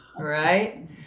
right